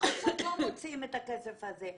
ובכל זאת לא מוצאים את הכסף הזה.